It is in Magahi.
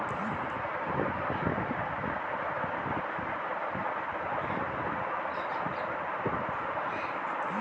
बंधक के विवरण के विषय में ऋण दाता द्वारा गलत जानकारी देवे जाए के घटना सामने आवऽ हइ